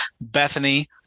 Bethany